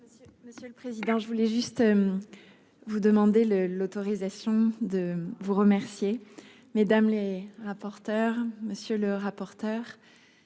Monsieur le président. Je voulais juste. Vous demander le, l'autorisation de vous remercier, mesdames les rapporteurs. Monsieur le rapporteur.